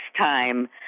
time